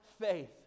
faith